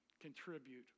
contribute